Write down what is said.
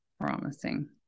Promising